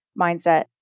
mindset